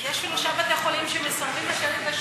יש שלושה בתי-חולים שמסרבים לתת את השירות.